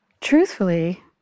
truthfully